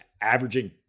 averaging